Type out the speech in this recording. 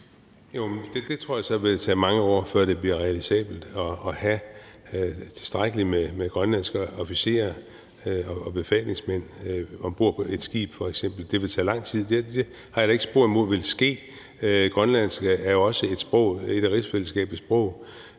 det tror jeg så vil tage mange år, før det bliver realisabelt at have tilstrækkeligt med grønlandske officerer og befalingsmænd om bord på et skib f.eks. – det vil tage lang tid. Det har jeg da ikke spor imod ville ske – grønlandsk er jo også et af rigsfællesskabets sprog.